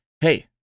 Hey